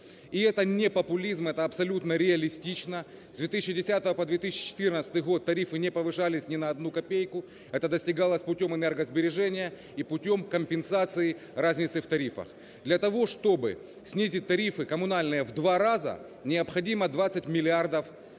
И это не популизм, это абсолютно реалистично. С 2010 по 2014 год тарифы не повышались ни на одну копейку, это достигалось путем энергосбережения и путем компенсации разницы в тарифах. Для того, чтобы снизить тарифы коммунальные в два раза, необходимо 20 миллиардов